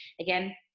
again